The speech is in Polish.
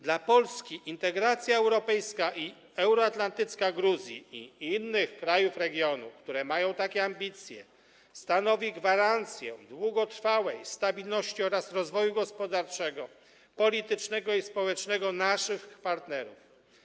Dla Polski integracja europejska i euroatlantycka Gruzji i innych krajów regionu, które mają takie ambicje, stanowi gwarancję długotrwałej stabilności oraz rozwoju gospodarczego, politycznego i społecznego naszych partnerów.